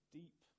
deep